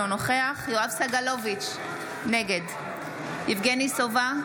אינו נוכח יואב סגלוביץ' נגד יבגני סובה,